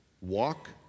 Walk